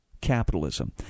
capitalism